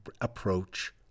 approach